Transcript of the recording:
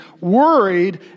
worried